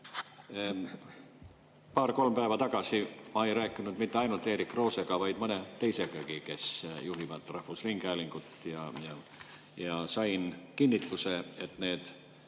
Paar-kolm päeva tagasi ma ei rääkinud mitte ainult Erik Roosega, vaid mõne teisegagi, kes juhivad rahvusringhäälingut, ja sain kinnituse, et need